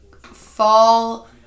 fall